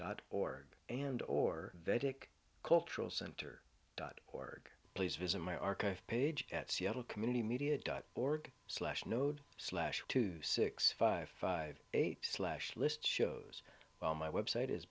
dot org and or vedic cultural center dot org please visit my archive page at seattle community media dot org slash node slash two six five five eight slash list shows my website is